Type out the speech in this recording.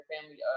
Family